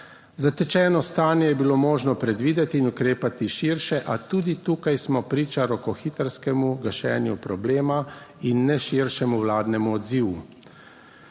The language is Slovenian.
Zatečeno stanje je bilo možno predvideti in ukrepati širše, a tudi tukaj smo priča rokohitrskemu gašenju problema in ne širšemu vladnemu odzivu.